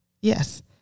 Yes